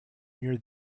near